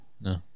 No